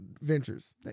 ventures